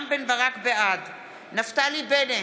בעד נפתלי בנט,